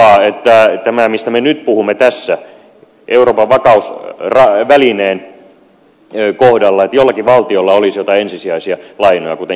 eli ei kannata antaa semmoista kuvaa että kun me nyt puhumme tästä euroopan vakausvälineen kohdalla jollakin valtiolla olisi jotain ensisijaisia lainoja kuten imfn lainoja